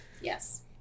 Yes